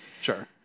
Sure